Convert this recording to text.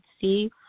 see